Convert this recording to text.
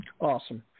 Awesome